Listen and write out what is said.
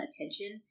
attention